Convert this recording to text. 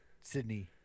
Sydney